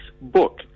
book